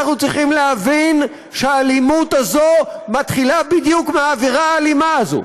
אנחנו צריכים להבין שהאלימות הזאת מתחילה בדיוק מהאווירה האלימה הזאת,